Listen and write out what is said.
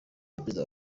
perezida